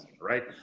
right